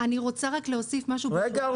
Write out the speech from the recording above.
אני רק להוסיף משהו --- רגע,